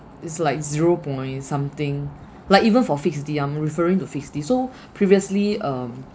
it's like zero point something like even for fixed D I'm referring to fixed D so previously um